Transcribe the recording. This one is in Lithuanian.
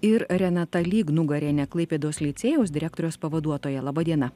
ir renata lygnugarienė klaipėdos licėjaus direktoriaus pavaduotoja laba diena